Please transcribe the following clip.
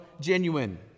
genuine